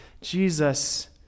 Jesus